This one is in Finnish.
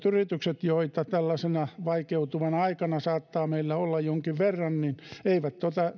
yritykset joita tällaisena vaikeutuvana aikana saattaa meillä olla jonkin verran eivät